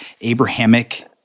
Abrahamic